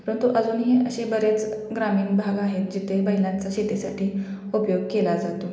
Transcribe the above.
परंतु अजूनही असे बरेच ग्रामीण भाग आहेत जिथे बैलांचा शेतीसाठी उपयोग केला जातो